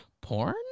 porn